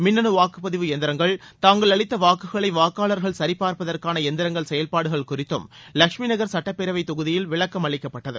மின்னனு வாக்குப்பதிவு எந்திரங்கள் தாங்கள் அளித்த வாக்குகளை வாக்காளர்கள் சரிபார்ப்பதற்கான எந்திரங்கள் செயல்பாடுகள் குறித்தும் ல்ஷ்மி நகர் சட்டப்பேரவை தொகுதியில் விளக்கம் அளிக்கப்பட்டது